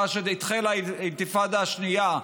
מאז החלה האינתיפאדה השנייה,